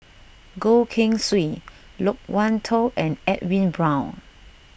Goh Keng Swee Loke Wan Tho and Edwin Brown